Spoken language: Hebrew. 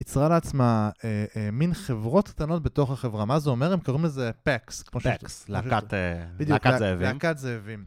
יצרה לעצמה מין חברות קטנות בתוך החברה. מה זה אומר? הם קוראים לזה פקס. פקס, להקת זאבים.